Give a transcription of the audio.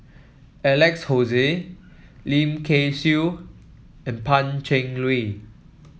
Alex Josey Lim Kay Siu and Pan Cheng Lui